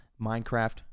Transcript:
Minecraft